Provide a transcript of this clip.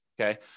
okay